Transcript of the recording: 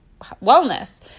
wellness